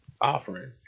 offering